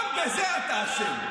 גם בזה אתה אשם.